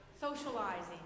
socializing